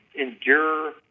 endure